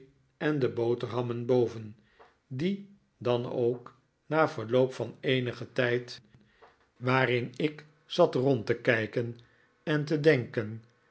en de boterhammen boven die dan ook na verloop van eenigen tijd bij mijnheer omer waarin ik zat rond te kijken en te denken